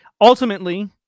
Ultimately